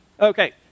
Okay